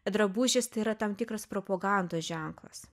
drabužis tai yra tam tikras propagandos ženklas